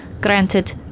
Granted